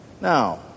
Now